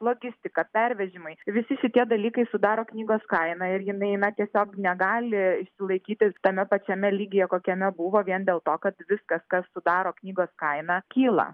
logistika pervežimai visi šitie dalykai sudaro knygos kainą ir jinai eina tiesiog negali sulaikyti tame pačiame lygyje kokiame buvo vien dėl to kad viskas kas sudaro knygos kainą kyla